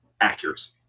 accuracy